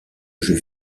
jeux